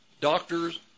doctors